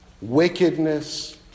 wickedness